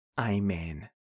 Amen